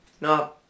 No